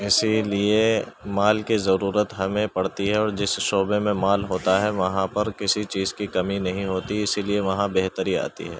اسی لیے مال کی ضرورت ہمیں پڑتی ہے اور جس شعبے میں مال ہوتا ہے وہاں پر کسی چیز کی کمی نہیں ہوتی اسی لیے وہاں بہتری آتی ہے